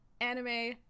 anime